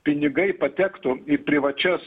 pinigai patektų į privačias